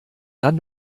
dann